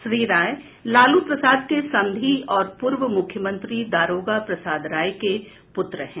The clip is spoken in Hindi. श्री राय लालू प्रसाद के समधी और पूर्व मुख्यमंत्री दारोगा प्रसाद राय के पूत्र हैं